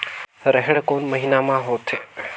रेहेण कोन महीना म होथे?